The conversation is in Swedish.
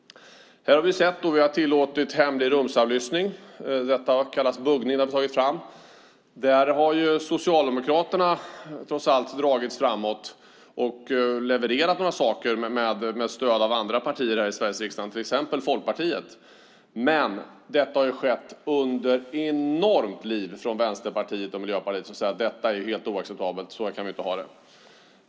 Vi har tillåtit hemlig rumsavlyssning. Detta har kallats buggning. Där har Socialdemokraterna trots allt dragits framåt och levererat några saker med stöd av andra partier i Sveriges riksdag, till exempel Folkpartiet. Men detta har skett under ett enormt liv från Vänsterpartiet och Miljöpartiet som säger att detta är helt oacceptabelt och att vi inte kan ha det så.